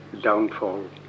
downfall